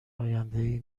آیندهای